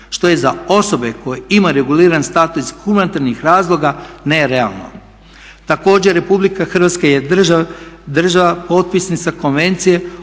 što je za osobe koja ima reguliran status iz humanitarnih razloga nerealno. Također Republika Hrvatska je država potpisnica Konvencije